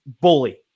bully